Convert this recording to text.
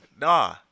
Nah